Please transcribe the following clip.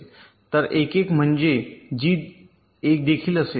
तर 1 1 म्हणजे जी देखील 1 असेल